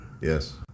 Yes